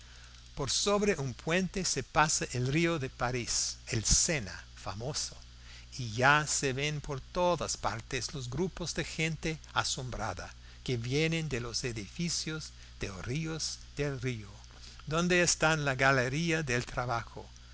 por sobre un puente se pasa el río de parís el sena famoso y ya se ven por todas partes los grupos de gente asombrada que vienen de los edificios de orillas del río donde está la galería del trabajo